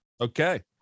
Okay